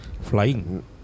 flying